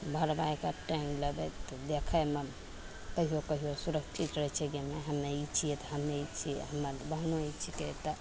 घर लैके टाँगि देबै तऽ देखैमे कहिओ कहिओ सुरक्षित रहै छै जे हमे ई छिए तऽ हमे ई छिए हमर बहनोइ छिकै तऽ